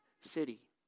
city